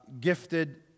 gifted